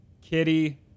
Kitty